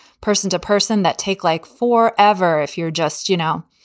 person to person that take like for ever if you're just, you know,